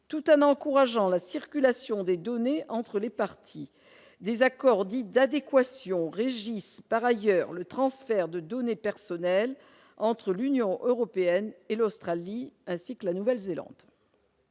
tout un encourageant la circulation des données entre les parties des accords dits d'adéquation Régis, par ailleurs, le transfert de données personnelles entre l'Union européenne et l'Australie, ainsi que la Nouvelle-Zélande.